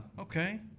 okay